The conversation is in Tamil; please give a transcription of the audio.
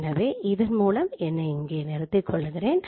எனவே இதன் மூலம் என்னை இங்கே நிறுத்தி கொள்கிறேன்